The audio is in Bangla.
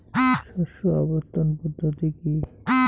শস্য আবর্তন পদ্ধতি কি?